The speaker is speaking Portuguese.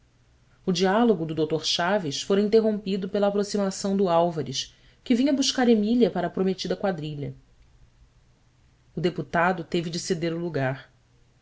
o diálogo do dr chaves fora interrompido pela aproximação do álvares que vinha buscar emília para a prometida quadrilha o deputado teve de ceder o lugar